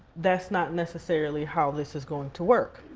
that's not necessarily how this is going to work.